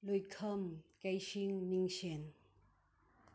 ꯂꯨꯏꯈꯝ ꯀꯩꯁꯤꯡ ꯅꯤꯡꯁꯦꯟ